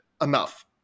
enough